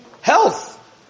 health